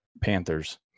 Panthers